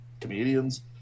comedians